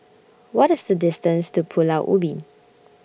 What IS The distance to Pulau Ubin